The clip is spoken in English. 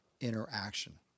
interaction